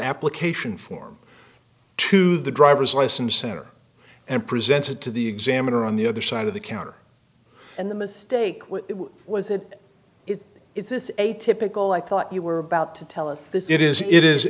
application form to the driver's license center and presented to the examiner on the other side of the counter and the mistake was that if it's this atypical i thought you were about to tell us that it is it is